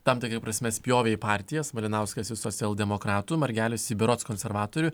tam tikra prasme spjovė į partijas malinauskas į socialdemokratų margelis į berods konservatorių